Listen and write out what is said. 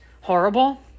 horrible